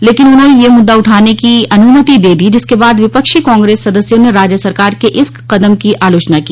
लेकिन उन्होंने यह मुद्दा उठाने की अनुमति दे दी जिसके बाद विपक्षी कांग्रेस सदस्यों ने राज्य सरकार के इस कदम की आलोचना की